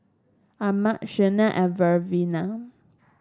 Armand Shanae and Lavina